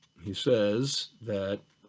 he says that